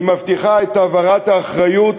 היא מבטיחה את העברת האחריות,